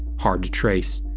hard to trace.